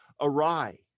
awry